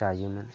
जायोमोन